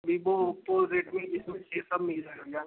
Vivo Oppo Redmi ये सब मिल जाएगा भैया